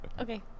Okay